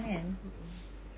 mm mm